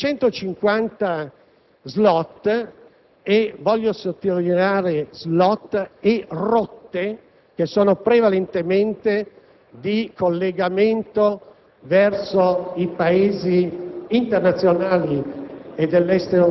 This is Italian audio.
Noi ci auguriamo quindi, perché abbiamo capito che ormai questa *lobby* è talmente forte, che arrivi qualche compagnia asiatica o degli Emirati arabi. Dico questo perché Air France ha il suo *hub*, e Francoforte ha il suo hub.